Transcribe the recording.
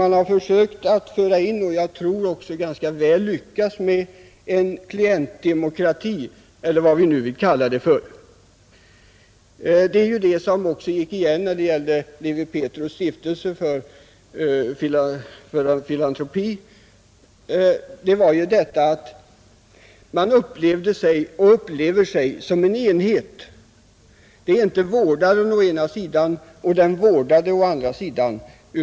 Man har där lyckats ganska väl i sina försök att införa klientdemokrati — eller vad vi nu vill kalla det. Det är detsamma som går igen i Lewi Pethrus” stiftelse för filantropisk verksamhet; alla som är engagerade i den verksamheten upplever sig som en enhet — det är inte vårdaren å ena sidan och den vårdade å andra sidan.